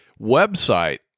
website